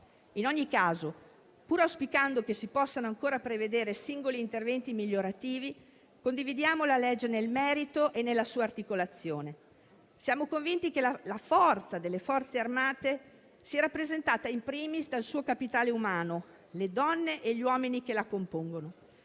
In ogni caso, pur auspicando che si possano ancora prevedere singoli interventi migliorativi, condividiamo il provvedimento nel merito e nella sua articolazione. Siamo convinti che la forza delle Forze armate sia rappresentata *in primis* dal suo capitale umano, le donne e gli uomini che la compongono